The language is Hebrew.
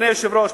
אדוני היושב-ראש,